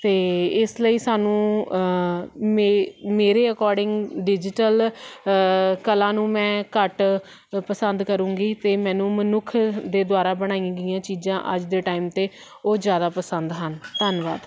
ਅਤੇ ਇਸ ਲਈ ਸਾਨੂੰ ਮੇਰੇ ਮੇਰੇ ਅਕੋਡਿੰਗ ਡਿਜੀਟਲ ਕਲਾ ਨੂੰ ਮੈਂ ਘੱਟ ਪਸੰਦ ਕਰੁੰਗੀ ਅਤੇ ਮੈਨੂੰ ਮਨੁੱਖ ਦੇ ਦੁਆਰਾ ਬਣਾਈਆਂ ਗਈਆਂ ਚੀਜ਼ਾਂ ਅੱਜ ਦੇ ਟਾਈਮ 'ਤੇ ਉਹ ਜ਼ਿਆਦਾ ਪਸੰਦ ਹਨ ਧੰਨਵਾਦ